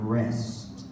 rest